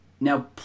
Now